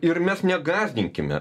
ir mes negąsdinkime